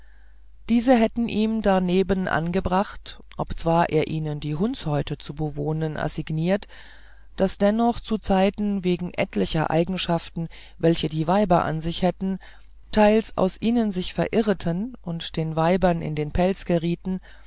diese hätten ihm darneben angebracht obzwar er ihnen die hundshäute zu bewohnen assigniert daß dannoch zuzeiten wegen etlicher eigenschaften welche die weiber an sich hätten teils aus ihnen sich verirreten und den weibern in die pelze gerieten